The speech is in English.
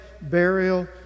burial